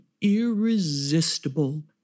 irresistible